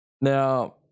Now